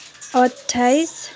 अट्ठाइस